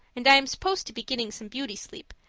and i am supposed to be getting some beauty sleep,